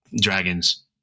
dragons